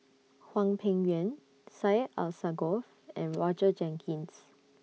Hwang Peng Yuan Syed Alsagoff and Roger Jenkins